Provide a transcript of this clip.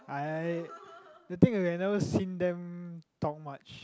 I the thing is I never seen them talk much